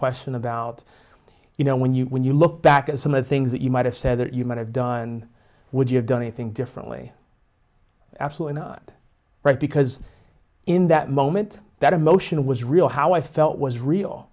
question about you know when you when you look back at some of the things that you might have said that you might have done would you have done anything differently absolutely right because in that moment that emotion was real how i felt was real